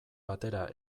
batera